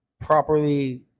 properly